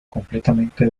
completamente